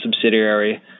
subsidiary